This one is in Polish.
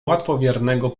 łatwowiernego